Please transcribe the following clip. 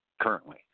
currently